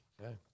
okay